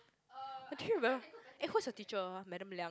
do you remember eh who's your teacher ah Madam Liang